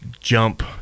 jump